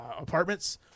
apartments